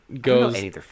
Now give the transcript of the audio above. goes